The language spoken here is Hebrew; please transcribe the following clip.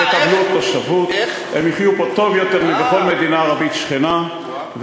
השליטה תהיה אך